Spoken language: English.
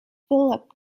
philip